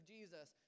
Jesus